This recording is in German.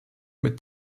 mit